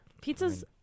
Pizza's